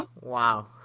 Wow